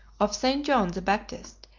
of st. john the baptist,